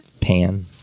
Pan